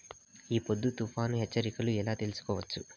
ఈ పొద్దు తుఫాను హెచ్చరికలు ఎలా తెలుసుకోవచ్చు?